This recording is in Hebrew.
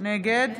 נגד